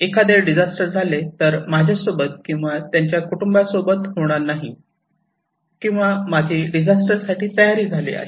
एखादे डिजास्टर झाले तर माझ्यासोबत किंवा त्यांच्या कुटुंबासोबत होणार नाही किंवा माझी डिझास्टर साठी तयारी झाली आहे